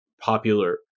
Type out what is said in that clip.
popular